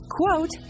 Quote